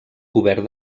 cobert